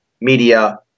media